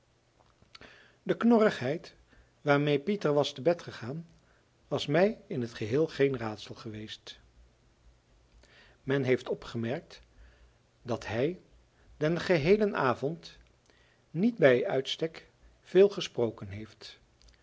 de knorrigheid waarmee pieter was te bed gegaan was mij in t geheel geen raadsel geweest men heeft opgemerkt dat hij den geheelen avond niet bij uitstek veel gesproken heeft